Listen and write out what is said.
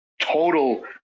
total